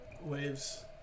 waves